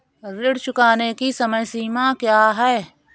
ऋण चुकाने की समय सीमा क्या है?